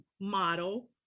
model